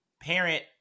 parent